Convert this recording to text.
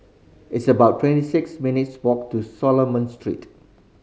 it's about twenty six minutes' walk to Solomon Street